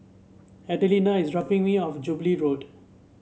Adelina is dropping me off Jubilee Road